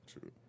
true